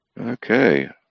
Okay